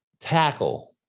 Tackle